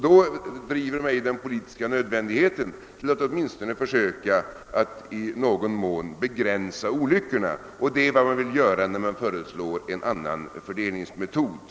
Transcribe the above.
Då driver mig den politiska nödvändigheten till att försöka att åt minstone i någon mån begränsa olyckorna, och det är vad man vill göra när man föreslår en annan fördelningsmetod.